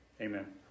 amen